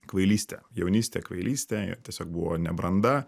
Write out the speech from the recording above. kvailystė jaunystė kvailystė ir tiesiog buvo nebranda